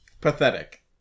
Pathetic